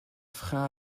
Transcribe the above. frein